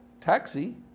taxi